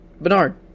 Bernard